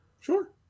Sure